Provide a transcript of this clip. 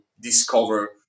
discover